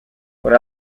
what